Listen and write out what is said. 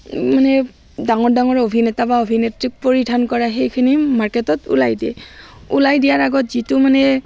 ডাঙৰ ডাঙৰ অভিনেতা বা অভিনেত্ৰীক পৰিধান কৰা সেইখিনি মাৰ্কেটত ওলাই দিয়ে ওলাই দিয়াৰ আগত যিটো মানে